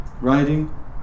writing